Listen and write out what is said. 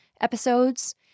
episodes